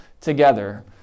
together